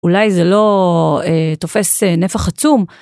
אולי זה לא תופס נפח עצום.